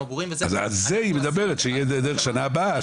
ברורים -- על זה היא מדברת שתהיה דרך בשנה הבאה